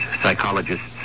psychologists